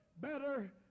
better